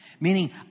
Meaning